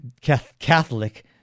Catholic